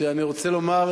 שאני רוצה לומר,